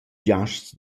giasts